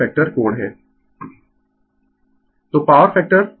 Refer Slide Time 2950 उदाहरण के लिए पॉवर फैक्टर मैंने पांचवां दशमलव स्थान लिया है